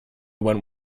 went